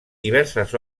diverses